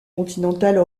continentales